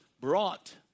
brought